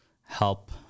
help